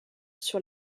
sur